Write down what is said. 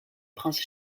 prince